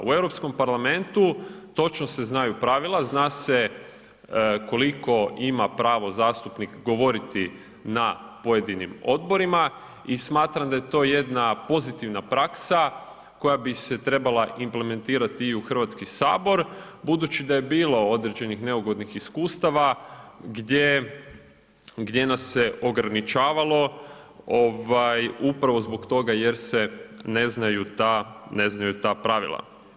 U Europskom parlamentu točno se znaju pravila, zna se koliko ima pravo zastupnik govoriti na pojedinim odborima i smatram da je to jedna pozitivna praksa koja bi se trebala implementirati i u Hrvatski sabor, budući da je bilo određenih neugodnih iskustava gdje nas se ograničavalo upravo zbog toga jer se ne znaju ta pravila.